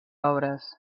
obres